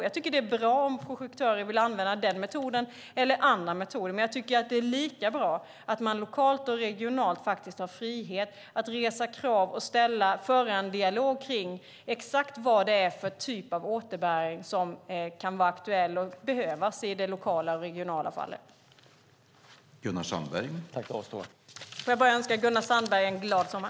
Jag tycker att det är bra om projektörer vill använda den metoden eller andra metoder, men jag tycker att det är lika bra att man lokalt och regionalt faktiskt har frihet att ställa krav och föra en dialog om exakt vad det är för typ av återbäring som kan vara aktuell och behövs i de lokala och regionala fallen. Jag vill önska Gunnar Sandberg en glad sommar!